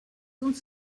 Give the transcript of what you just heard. uns